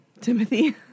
Timothy